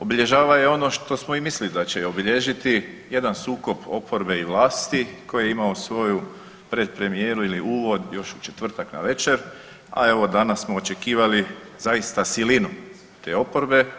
Obilježava je ono što smo i mislili da će je obilježiti jedan sukob oporbe i vlasti koji je imao svoju pred premijeru ili uvod još u četvrtak navečer, a evo danas smo očekivali zaista silinu te oporbe.